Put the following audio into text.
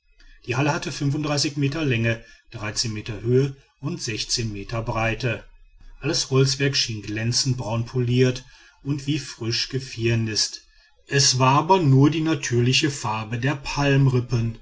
die halle hatte meter länge meter höhe und meter breite alles holzwerk schien glänzend braun poliert und wie frisch gefirnißt es war aber nur die natürliche farbe der